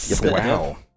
Wow